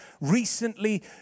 recently